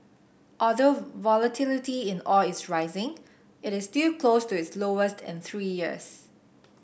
although volatility in oil is rising it is still close to its lowest in three years